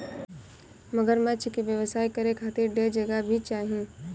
मगरमच्छ के व्यवसाय करे खातिर ढेर जगह भी चाही